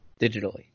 digitally